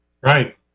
Right